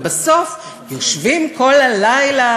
ובסוף יושבים כל הלילה,